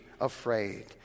afraid